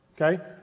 okay